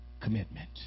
commitment